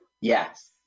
Yes